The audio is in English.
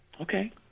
Okay